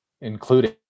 including